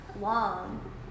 long